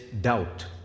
doubt